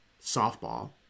softball